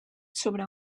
sobre